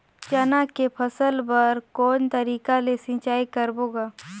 चना के फसल बर कोन तरीका ले सिंचाई करबो गा?